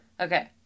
Okay